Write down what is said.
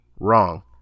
wrong